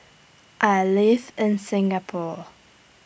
I live in Singapore